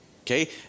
Okay